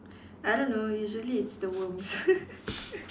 I don't know usually it's the worms